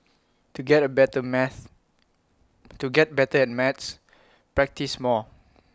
to get A better maths to get better at maths practise more